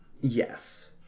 Yes